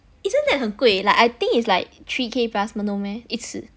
isn't that 很贵 like I think is like three K plus no meh 一次